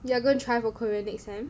you are going to try for Korean next time